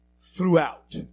throughout